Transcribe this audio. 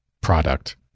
product